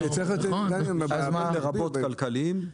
לרבות כלכליים?